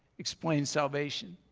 explained salvation,